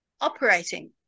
operating